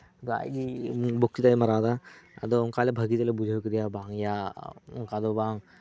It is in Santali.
ᱟᱡ ᱜᱮ ᱵᱚᱠᱛᱤᱛᱟᱭ ᱢᱟᱨᱟᱣ ᱮᱫᱟ ᱟᱫᱚ ᱚᱱᱠᱟ ᱵᱷᱟᱹᱜᱤ ᱛᱮᱞᱮ ᱵᱩᱡᱷᱟᱹᱣ ᱠᱮᱫᱮᱭᱟ ᱵᱟᱝ ᱭᱟ ᱚᱱᱠᱟ ᱫᱚ ᱵᱟᱝ